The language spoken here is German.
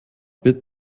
wird